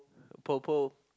purple